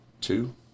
two